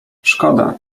szkoda